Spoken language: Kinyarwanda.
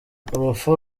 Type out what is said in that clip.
urupfu